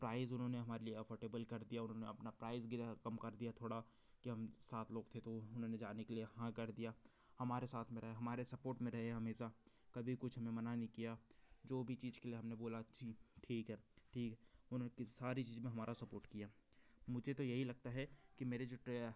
price उन्होंने हमारे लिए अफॉर्डेबल कर दिया उन्होंने अपना प्राइज़ गिरा कम कर दिया थोड़ा कि हम सात लोग थे तो उन्होंने जाने के लिए हाँ कर दिया हमारे साथ में रहें हमारे सपोर्ट में रहें हमेशा कभी कुछ हमें मना नहीं किया जो भी चीज़ के लिए हम ने बोला जी ठीक है ठीक उन्होंने अपनी सारी चीज़ में हमारा सपोर्ट किया मुझे तो यही लगता है कि जो ट्रेया